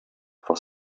for